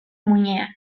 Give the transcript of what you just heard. muinean